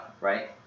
right